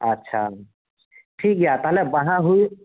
ᱟᱪᱪᱷᱟ ᱴᱷᱤᱠᱜᱮᱭᱟ ᱛᱟᱦᱚᱞᱮ ᱵᱟᱦᱟ ᱦᱩᱭ